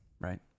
right